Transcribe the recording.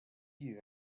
you